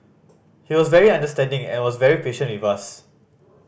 he was very understanding and was very patient with us